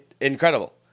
Incredible